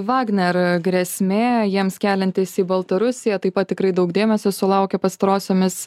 vagner grėsmė jiems keliantis į baltarusiją taip pat tikrai daug dėmesio sulaukė pastarosiomis